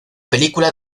película